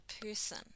person